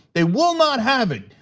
they will not have it.